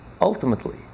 ultimately